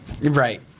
right